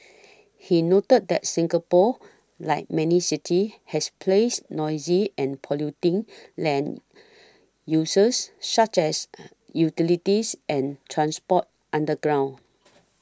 he noted that Singapore like many cities has placed noisy and polluting land uses such as utilities and transport underground